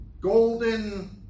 golden